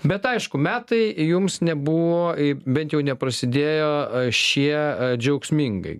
bet aišku metai jums nebuvo bent jau neprasidėjo o šie džiaugsmingai